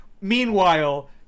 Meanwhile